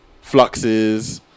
fluxes